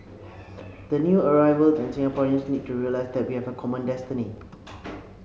the new arrivals and Singaporeans need to realise that we have a common destiny